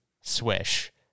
Swish